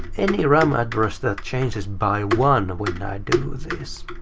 any ram address that changes by one when i do this.